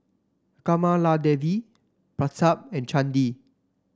Kamaladevi Pratap and Chandi